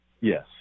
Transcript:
Yes